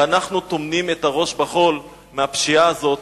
ואנחנו טומנים את הראש בחול מול הפשיעה הזאת,